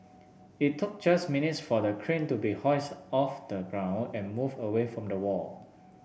it took just minutes for the crane to be hoisted off the ground and moved away from the wall